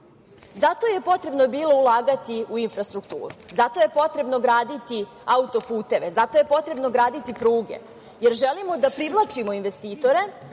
je potrebno bilo ulagati u infrastrukturu. Zato je potrebno graditi auto-puteve. zato je potrebno graditi pruge, jer želimo da privlačimo investitore